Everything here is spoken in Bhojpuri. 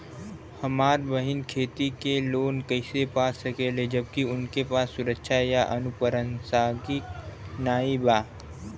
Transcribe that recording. हमार बहिन खेती के लोन कईसे पा सकेली जबकि उनके पास सुरक्षा या अनुपरसांगिक नाई बा?